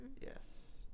yes